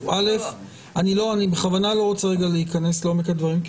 אני בכוונה לא רוצה להיכנס לעומק הדברים.